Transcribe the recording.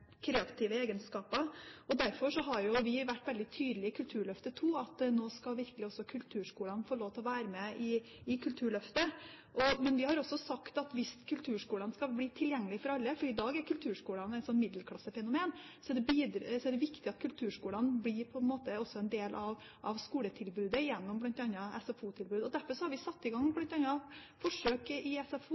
kreative egenskaper. Derfor har vi vært veldig tydelig i Kulturløftet II på at nå skal virkelig også kulturskolene få lov til å være med i Kulturløftet. Men vi har også sagt at hvis kulturskolene skal bli tilgjengelige for alle – for i dag er kulturskolene et middelklassefenomen – er det viktig at kulturskolene på en måte også blir en del av skoletilbudet gjennom bl.a. SFO. Derfor har vi bl.a. satt i gang forsøk i